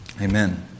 Amen